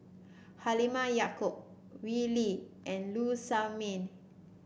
Halimah Yacob Wee Lin and Low Sanmay